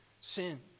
sin